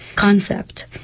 concept